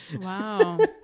Wow